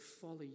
follow